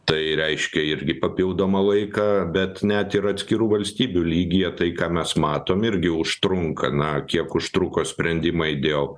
tai reiškia irgi papildomą laiką bet net ir atskirų valstybių lygyje tai ką mes matom irgi užtrunka na kiek užtruko sprendimai dėl